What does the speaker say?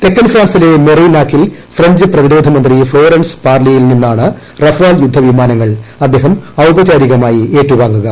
തെക്കൻ ഫ്രാൻസിലെ മെറിനാക്കിൽ ഫ്രഞ്ച് പ്രതിരോധമന്ത്രി ഫ്ളോറൻസ് പാർലിയിൽ നിന്നാണ് റഫാൽ യുദ്ധവിമാനങ്ങൾ അദ്ദേഹം ഔപചാരികമായി ഏറ്റുവാങ്ങുക